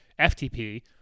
FTP